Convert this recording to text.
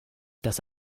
dass